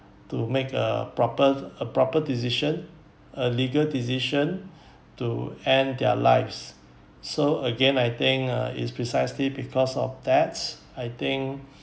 to make a proper a proper decision a legal decision to end their lives so again I think uh it's precisely because of that I think